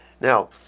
Now